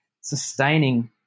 sustaining